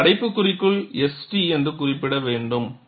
நீங்கள் அடைப்புக்குறிக்குள் S T என்று குறிப்பிட வேண்டும்